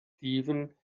steven